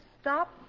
stop